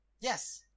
Yes